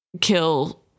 kill